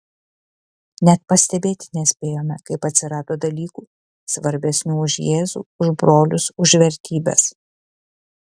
net pastebėti nespėjome kaip atsirado dalykų svarbesnių už jėzų už brolius už vertybes